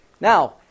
Now